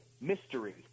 Mystery